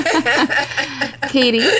Katie